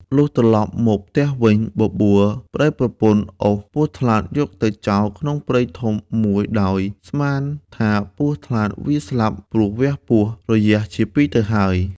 លុះត្រលប់មកផ្ទះវិញបបួលប្ដីប្រពន្ធអូសពស់ថ្លាន់យកទៅចោលក្នុងព្រៃធំមួយដោយស្មាន ថាពស់ថ្លាន់វាស្លាប់ ព្រោះវះពោះរយះជាពីរទៅហើយ។